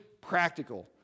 practical